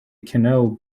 canoe